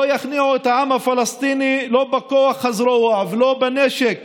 לא יכניעו את העם הפלסטיני לא בכוח הזרוע ולא בנשק,